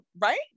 right